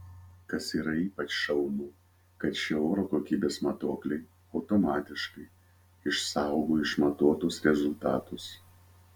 kas yra ypač šaunu kad šie oro kokybės matuokliai automatiškai išsaugo išmatuotus rezultatus